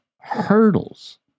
hurdles